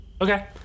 okay